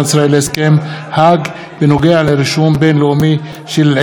בנוגע לרישום בין-לאומי של עיצובים תעשייתיים.